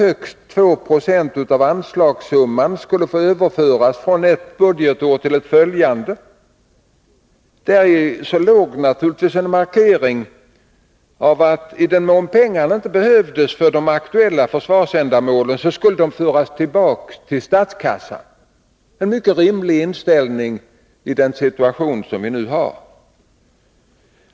Högst 2 26 av anslagssumman skulle få överföras från ett budgetår till ett följande. Däri låg naturligtvis en markering av att i den mån pengarna inte behövdes för de aktuella försvarsändamålen skulle de föras tillbaka till statskassan, en mycket rimlig inställning i den situation vi nu har.